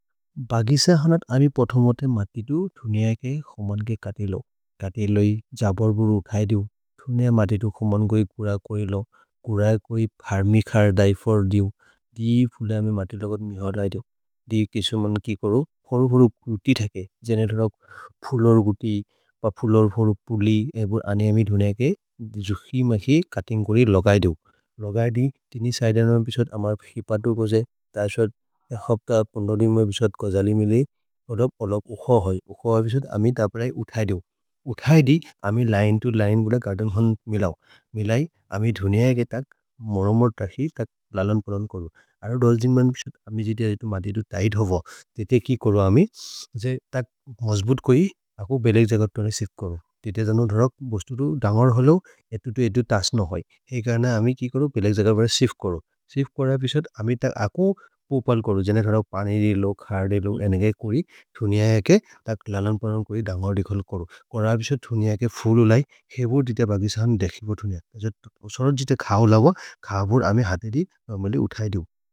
भगिश हनत् अमि पोथोमोते मतितु दुनिअ के खमन् के कतेलो। कतेलो हि जबर्बु रुखए दु, दुनिअ मतितु खमन् गोइ गुर कोए लो, गुर कोए पर्मिखार् दैफर् दु। दि फुल मे मतितु लकोत् मिहार् दैदो। दि किशो मनु किकोरो, फुरु फुरु पुति दैके, गेनेतलक् फुर्लोरे पुति प फुर्लोरे पुलि एबु अने अमि दुनिऐके। जुखि म हि चुत्तिन्ग् गोइ लकै दु। लकै दि, दिनि सैद नम बिशोत्, अमर् खिपतु कोजे। तैशोत्, हप्त पन्दनिम बिशोत् कोजलि मिलि, होदप् अलक् उख होइ। उख होइ बिशोत्, अमित् अपरि उथैदो। उथैदि, अमि लिने तो लिने गोद गर्देन् हन् मिल होइ। मिलै, अमि दुनिऐके तक् मोरो मतखि तक् ललन् पुलन् कोरु। अरोह् दोल्जिन् मनु बिशोत्, अमि जिति ऐतु मतितु तैद् होव। तिते किकोरो अमि, जे तक् मज्बुत् कोए, अको बेलेक् जगत् कोते नेसिफ् कोरो। तिते जनो रुक्, बोस्तुतु दन्गोर् होलो, एतुतु एतुतस् न होइ। एकर्न अमि किकोरो बेलेक् जगत् कोर सिफ् कोरो। सिफ् कोर बिशोत्, अमित् तक् अको पोपल् कोरो, जेनेत् हरव् पनेरि लोग्, खर्दे लोग्। अनेगै कोरि, दुनिऐके तक् ललन् पुलन् कोरु, दन्गोर् दिखोल कोरु। कोरु अबिशोत् दुनिऐके फुरु लय्, हेबो दिते बगि सान्, देखिपो दुनिऐके। सारजिते खओलव, खओबुर् अमे हतिदि, अमेलिए उथैदि वो।